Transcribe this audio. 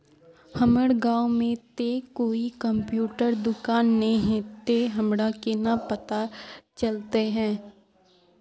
हमर गाँव में ते कोई कंप्यूटर दुकान ने है ते हमरा केना पता चलते है?